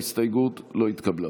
ההסתייגות לא התקבלה.